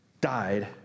died